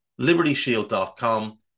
libertyshield.com